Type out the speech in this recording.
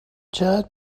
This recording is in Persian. چقدر